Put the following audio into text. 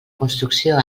construcció